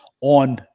on